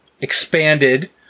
expanded